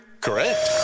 Correct